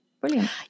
Brilliant